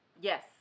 Yes